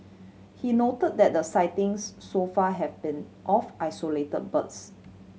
he noted that the sightings so far have been of isolated birds